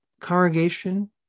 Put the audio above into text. congregation